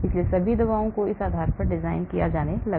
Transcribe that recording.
इसलिए सभी दवाओं को इस आधार पर डिजाइन किया जाने लगा